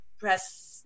Press